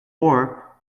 war